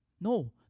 No